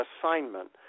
assignment